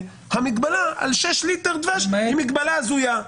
המגבלה על שישה ליטר דבש היא מגבלה הזויה,